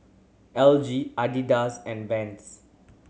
L G Adidas and Vans